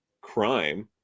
crime